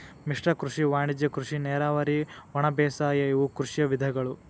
ಮಿಶ್ರ ಕೃಷಿ ವಾಣಿಜ್ಯ ಕೃಷಿ ನೇರಾವರಿ ಒಣಬೇಸಾಯ ಇವು ಕೃಷಿಯ ವಿಧಗಳು